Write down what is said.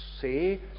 say